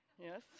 Yes